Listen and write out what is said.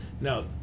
Now